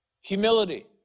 humility